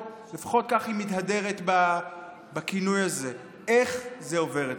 או לפחות היא מתהדרת בכינוי הזה: איך זה עובר אתכם?